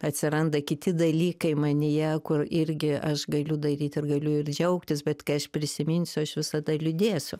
atsiranda kiti dalykai manyje kur irgi aš galiu daryt ir galiu ir džiaugtis bet kai aš prisiminsiu aš visada liūdėsiu